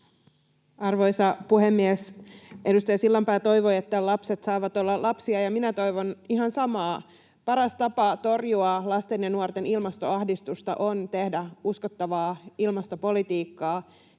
Arvoisa puhemies! Edustaja Sillanpää toivoi, että lapset saavat olla lapsia, ja minä toivon ihan samaa. Paras tapa torjua lasten ja nuorten ilmastoahdistusta on tehdä uskottavaa ilmastopolitiikkaa,